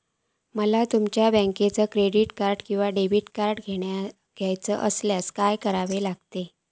माका तुमच्या बँकेचा क्रेडिट कार्ड किंवा डेबिट कार्ड घेऊचा असल्यास काय करूचा लागताला?